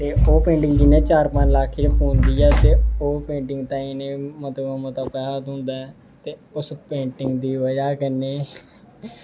ते ओह् पेंटिंग जि'यां चार पंज लक्ख दी पौंदी ऐ ते ओह् पेंटिंग तांहीं इ'नें ई मता तों मता पैसा थ्होंदा ऐ ते उस पेंटिंग दी बजह् कन्नै